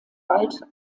bald